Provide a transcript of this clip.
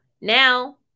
now